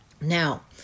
Now